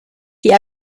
die